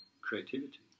creativity